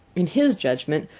in his judgment,